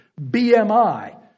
BMI